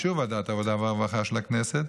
באישור ועדת העבודה והרווחה של הכנסת,